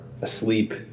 asleep